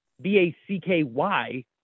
B-A-C-K-Y